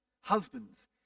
Husbands